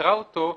אקרא אותו,